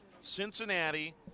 Cincinnati